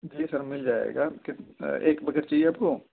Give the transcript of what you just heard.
جی sir مل جائے گا کتنا ایک بکیٹ چاہیے آپ کو